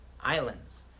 Islands